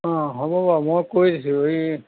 অঁ হ'ব বাৰু মই কৰি দিছোঁ এই